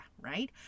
right